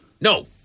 No